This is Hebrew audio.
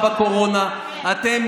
אני אומר בצורה פשוטה: אתם,